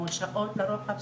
כמו השקעות לרוחב,